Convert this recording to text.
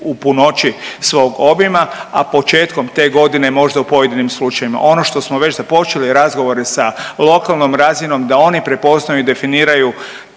u punoći svog obima, a početkom te godine možda u pojedinim slučajevima. Ono što smo već započeli razgovore sa lokalnom razinom da oni prepoznaju i definiraju